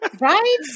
right